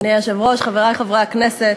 אדוני היושב-ראש, חברי חברי הכנסת,